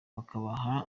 bakabaha